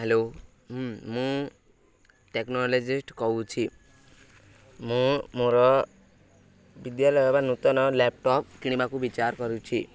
hello ମୁଁ technologist କହୁଛି ମୁଁ ମୋର ବିଦ୍ୟାଳୟ ବା ନୂତନ ଲ୍ୟାପ୍ଟପ୍ କିଣିବାକୁ ବିଚାର କରୁଛି